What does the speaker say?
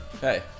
Hey